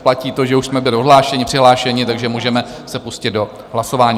Platí to, že už jsme byli odhlášeni, přihlášeni, takže můžeme se pustit do hlasování